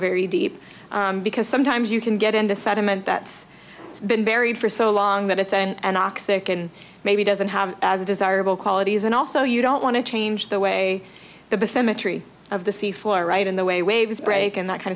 very deep because sometimes you can get into sediment that's been buried for so long that it's and oxic and maybe doesn't have as desirable qualities and also you don't want to change the way the cemetery of the sea floor right in the way waves break and that kind